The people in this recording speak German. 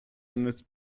eines